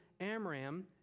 Amram